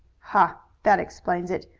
ha, that explains it.